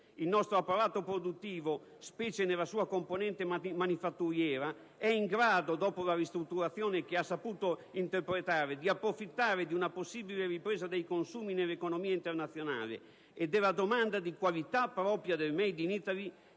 il nostro apparato produttivo, specie nella sua componente manifatturiera, è in grado, dopo la ristrutturazione che ha saputo interpretare, di approfittare di una possibile ripresa dei consumi nell'economia internazionale e della domanda di qualità propria del *made in Italy*,